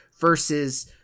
versus